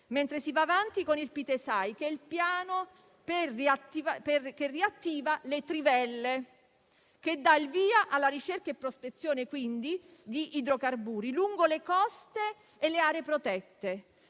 mentre si va avanti con il Pitesai, che è il Piano che riattiva le trivelle e che dà il via alla ricerca e prospezione di idrocarburi lungo le coste e le aree protette.